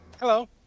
Hello